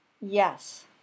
Yes